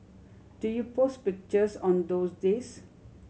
do you post pictures on those days